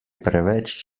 preveč